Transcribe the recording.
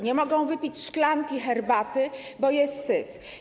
Nie mogą wypić szklanki herbaty, bo jest syf.